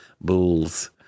Bulls